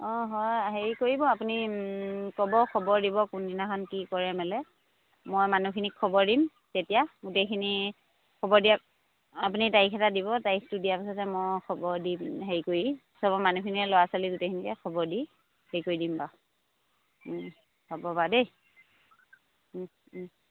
অঁ হয় হেৰি কৰিব আপুনি ক'ব খবৰ দিব কোনদিনাখন কি মই মানুহখিনিক খবৰ দিম তেতিয়া গোটেইখিনি খবৰ আপুনি তাৰিখ এটা দিব তাৰিখটো দিয়াৰ পিছতে মই খবৰ দিম হেৰি কৰি চবৰ মানুহখিনিয়ে ল'ৰা ছোৱালী গোটেইখিনিকে খবৰ দি হেৰি কৰি দিম বাৰু হ'ব বাৰু দেই